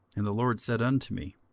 and the lord said unto me,